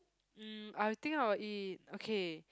mm I'll think I'll eat okay